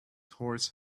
horse